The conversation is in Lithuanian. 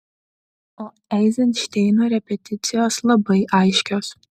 o eizenšteino repeticijos labai aiškios